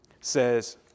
says